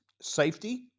safety